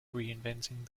reinventing